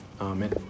Amen